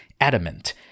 Adamant